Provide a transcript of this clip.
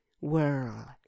whirl